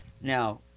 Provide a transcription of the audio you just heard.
Now